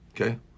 Okay